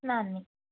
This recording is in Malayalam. നന്ദി